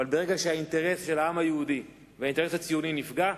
אבל ברגע שהאינטרס של העם היהודי והאינטרס הציוני נפגע,